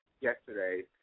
yesterday